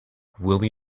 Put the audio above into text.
will